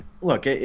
look